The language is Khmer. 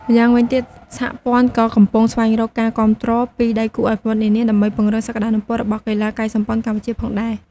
ម្យ៉ាងវិញទៀត សហព័ន្ធក៏កំពុងស្វែករកការគាំទ្រពីដៃគូអភិវឌ្ឍន៍នានា ដើម្បីពង្រីកសក្តានុពលរបស់កីឡាកាយសម្ព័ន្ធកម្ពុជាផងដែរ។